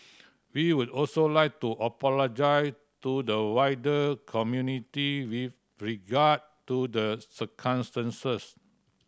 we would also like to apologise to the wider community with regard to the circumstances